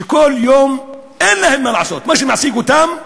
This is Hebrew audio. שכל יום, אין להם מה לעשות, מה שמעסיק אותם,